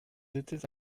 étaient